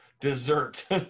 dessert